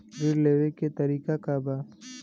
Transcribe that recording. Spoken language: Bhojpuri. ऋण लेवे के तरीका का बा?